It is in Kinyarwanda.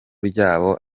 ryabo